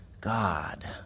God